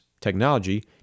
technology